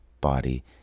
body